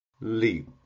Leap